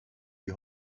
die